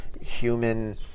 human